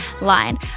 line